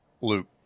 Luke